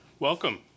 Welcome